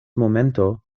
momento